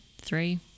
three